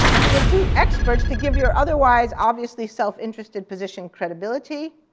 to recruit experts to give your otherwise obviously self-interested position credibility,